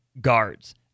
guards